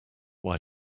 why